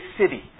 city